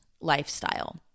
lifestyle